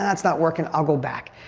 it's not working. i'll go back.